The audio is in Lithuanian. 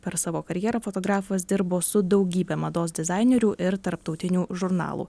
per savo karjerą fotografas dirbo su daugybe mados dizainerių ir tarptautinių žurnalų